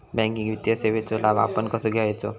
Banking वित्तीय सेवाचो लाभ आपण कसो घेयाचो?